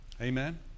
amen